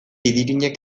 idirinek